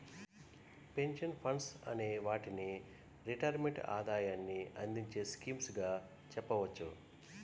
pension funds అనే వాటిని retirement ఆదాయాన్ని అందించే స్కీమ్స్ గా చెప్పవచ్చు